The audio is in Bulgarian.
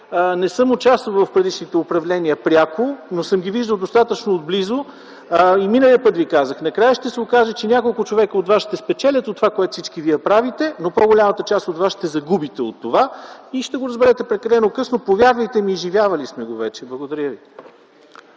не съм участвал в предишните управления пряко, но съм ги виждал достатъчно отблизо. И миналия път ви казах – накрая ще се окаже, че няколко човека от вас ще спечелят от това, което всички вие правите. Но по-голямата част от вас ще загубите от това. И ще го разберете прекалено късно. Повярвайте ми, изживявали сме го вече. Благодаря ви.